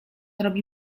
robi